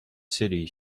city